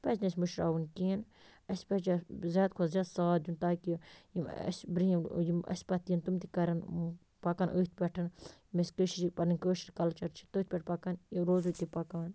یہِ پَزِ نہٕ اَسہِ مٔشراوُن کِہیٖنۍ اَسہِ پزِ اَتھ زیادٕ کھۄتہٕ زیاد ساتھ دیُن تاکہِ یِم اَسہِ بِرٛنٛہِم یِم اَسہِ پتہٕ یِن تِم تہِ کَرَن پَکان أتھۍ پٮ۪ٹھ یِم اَسہِ کٔشیٖرِ پَنٕنۍ کٲشُر کلچر چھِ تٔتھۍ پٮ۪ٹھ پَکان یہِ تہِ پَکان